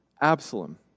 Absalom